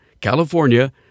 California